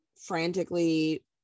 frantically